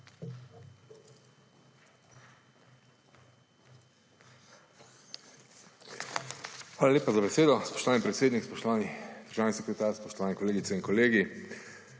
Hvala lepa za besedo, spoštovani predsednik. Spoštovani državni sekretar, spoštovane kolegice in kolegi!